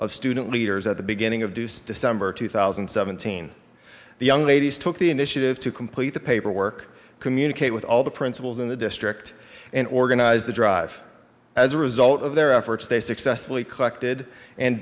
of student leaders at the beginning of duce december two thousand and seventeen the young ladies took the initiative to complete the paperwork communicate with all the principals in the district and organize the dr as a result of their efforts they successfully collected and